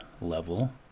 level